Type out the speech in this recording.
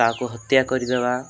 କାହାକୁ ହତ୍ୟା କରିଦେବା